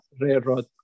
railroad